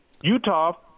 Utah